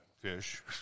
fish